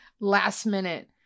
last-minute